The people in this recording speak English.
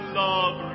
love